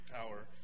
power